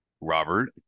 Robert